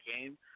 game